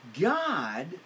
God